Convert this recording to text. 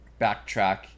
backtrack